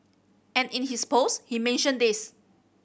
and in his post he mentioned this